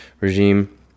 regime